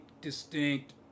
distinct